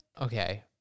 Okay